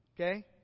Okay